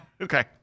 Okay